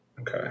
Okay